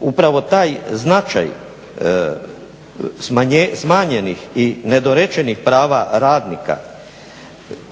Upravo taj značaj smanjenih i nedorečenih prava radnika,